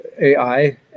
AI